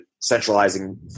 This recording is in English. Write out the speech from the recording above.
centralizing